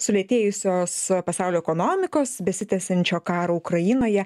sulėtėjusios pasaulio ekonomikos besitęsiančio karo ukrainoje